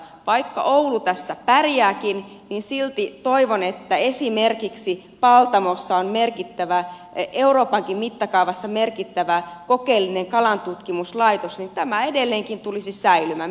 vaikka oulu tässä pärjääkin niin silti toivon että kun esimerkiksi paltamossa on euroopankin mittakaavassa merkittävä kokeellinen kalantutkimuslaitos tämä edelleenkin tulisi säilymään